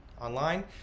online